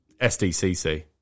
SDCC